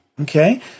Okay